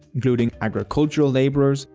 including agricultural laborers,